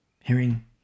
hearing